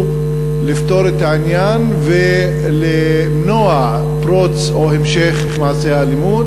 לפתור את העניין ולמנוע פרוץ או המשך מעשי האלימות.